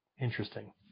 Interesting